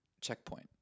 checkpoint